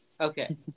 Okay